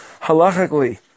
Halachically